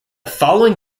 following